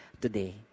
today